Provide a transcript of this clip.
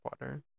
water